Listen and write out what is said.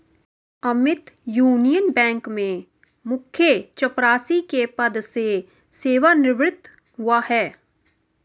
Amit union bank में मुख्य चपरासी के पद से सेवानिवृत हुआ है